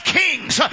kings